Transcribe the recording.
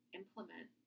implement